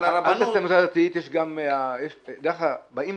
או הרבנות ------ בדרך כלל באים,